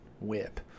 WHIP